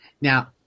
Now